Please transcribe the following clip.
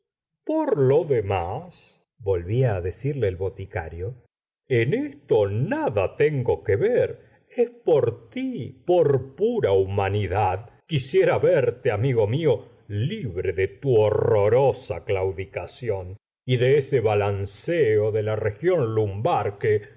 por lo demás volvía á decirle el boticario en esto nada tengo que ver es por tí por pura humanidad quisiera verte amigo mío libre de tu horrorosa claudicación y de ese balanceo de la región lumbar que